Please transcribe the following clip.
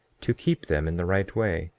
to keep them in the right way,